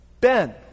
Ben